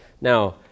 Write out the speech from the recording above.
Now